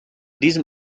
diesem